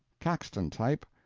caxton type,